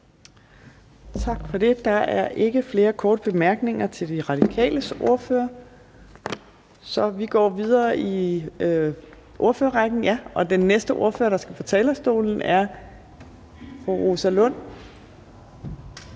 Tak for det. Der er ikke flere korte bemærkninger til De Radikales ordfører, så vi går videre i ordførerrækken, og den næste ordfører, der skal på talerstolen, er fru Rosa Lund